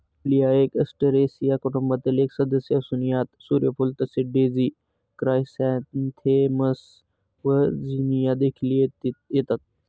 dahlia हे Asteraceae कुटुंबातील एक सदस्य असून यात सूर्यफूल तसेच डेझी क्रायसॅन्थेमम्स व झिनिया देखील येतात